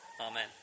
Amen